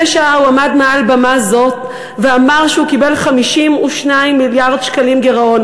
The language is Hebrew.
שעה הוא עמד מעל במה זו ואמר שהוא קיבל 52 מיליארד שקלים גירעון,